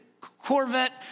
Corvette